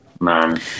man